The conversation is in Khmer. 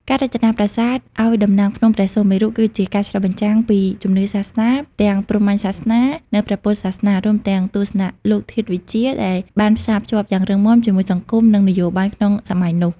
ការរចនាប្រាសាទឱ្យតំណាងភ្នំព្រះសុមេរុ គឺជាការឆ្លុះបញ្ចាំងពីជំនឿសាសនា ទាំងព្រហ្មញ្ញសាសនា និងព្រះពុទ្ធសាសនា រួមទាំងទស្សនៈលោកធាតុវិទ្យា ដែលបានផ្សារភ្ជាប់យ៉ាងរឹងមាំជាមួយសង្គម និងនយោបាយក្នុងសម័យនោះ។